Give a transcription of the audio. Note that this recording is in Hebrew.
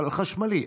חשמלי.